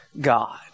God